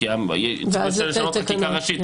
כי צריך לשנות את החקיקה הראשית,